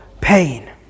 pain